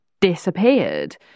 disappeared